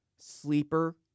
Sleeper